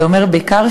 זה אומר בעיקר,